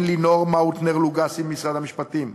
לירון מאוטנר-לוגסי ממשרד המשפטים,